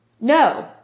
No